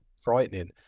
frightening